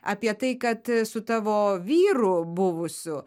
apie tai kad su tavo vyru buvusiu